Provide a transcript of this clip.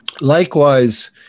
Likewise